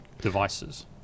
devices